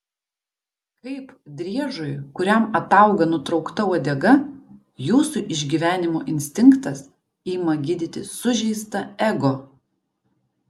kaip driežui kuriam atauga nutraukta uodega jūsų išgyvenimo instinktas ima gydyti sužeistą ego